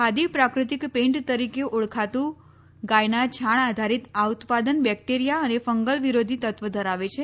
ખાદી પ્રાક઼તિક પેઈન્ટ તરીકે ઓળખાતું ગાયના છાણ આધારિત આ ઉત્પાદન બેક્ટેરીયા અને ફંગલ વિરોધી તત્વ ધરાવે છે